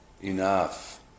Enough